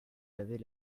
laver